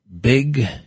big